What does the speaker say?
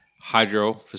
hydro